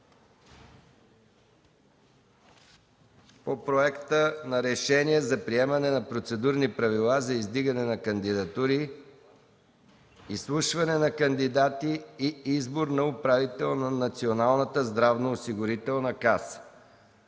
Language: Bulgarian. по Проекта на решение за приемане на Процедурни правила за издигане на кандидатури, изслушване на кандидати и избор на управител на Националната здравноосигурителна каса?